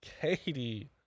Katie